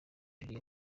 jali